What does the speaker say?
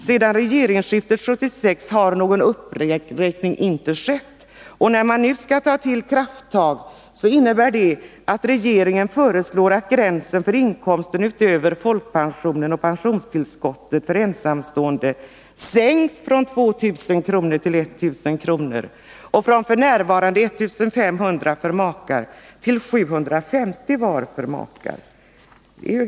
Sedan regeringsskiftet 1976 har någon uppräkning inte skett, och när man nu skall ta till krafttag innebär det att regeringen föreslår att gränsen för inkomsten utöver folkpensionen och pensionstillskottet för ensamstående sänks från 2 000 kr. till 1.000 kr. och från f. n. 1500 till 750 kr. för var och en av makar.